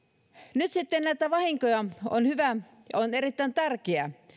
nyt sitten on hyvä erittäin tärkeää